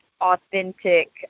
authentic